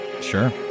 Sure